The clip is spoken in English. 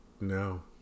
No